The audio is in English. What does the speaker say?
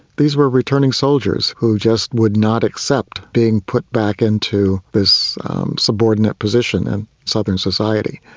these were returning soldiers who just would not accept being put back into this subordinate position in southern society.